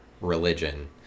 religion